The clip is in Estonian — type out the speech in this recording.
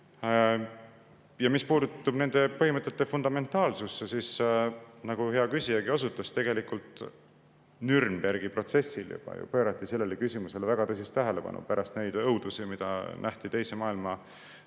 Mis puutub nende põhimõtete fundamentaalsusesse, siis nagu hea küsijagi osutas, tegelikult juba Nürnbergi protsessil pöörati sellele küsimusele väga tõsist tähelepanu pärast neid õudusi, mida nähti teise maailmasõja